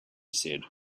said